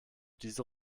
diese